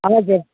हजुर